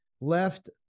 left